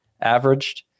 averaged